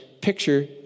picture